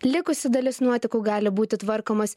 likusi dalis nuotekų gali būti tvarkomos